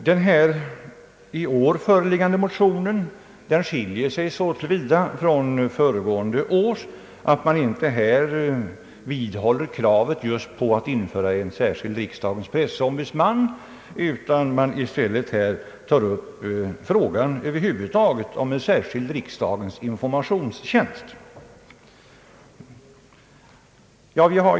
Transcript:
Den i år föreliggande motionen skiljer sig från föregående års så till vida att man inte vidhåller kravet på en särskild riksdagens pressombudsman, utan man tar i stället upp frågan om en riksdagens informationstjänst över huvud taget.